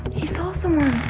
he saw someone.